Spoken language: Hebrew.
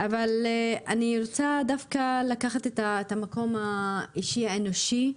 אבל אני רוצה דווקא לקחת את המקום האישי, האנושי,